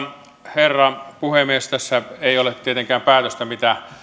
herra puhemies tässä ei ole tietenkään päätöstä mikä